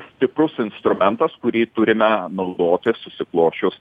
stiprus instrumentas kurį turime naudotis susiklosčius